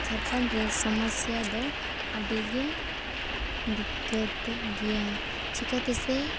ᱡᱷᱟᱲᱠᱷᱚᱸᱰᱨᱮ ᱥᱚᱢᱚᱥᱥᱟ ᱫᱚ ᱟᱹᱰᱤᱜᱮ ᱫᱤᱠᱠᱟᱹᱛ ᱜᱮᱭᱟ ᱪᱤᱠᱟᱹᱛᱮ ᱥᱮ